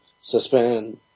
suspend